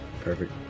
Perfect